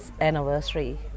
anniversary